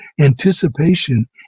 anticipation